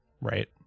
Right